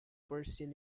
persians